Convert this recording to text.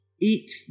eat